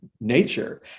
nature